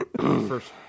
first